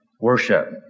worship